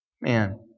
Man